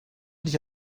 die